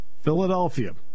Philadelphia